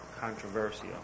controversial